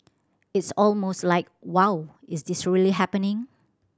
it's almost like Wow is this really happening